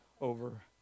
over